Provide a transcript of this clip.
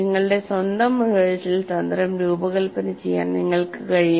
നിങ്ങളുടെ സ്വന്തം റിഹേഴ്സൽ തന്ത്രം രൂപകൽപ്പന ചെയ്യാൻ നിങ്ങൾക്ക് കഴിയും